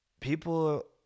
people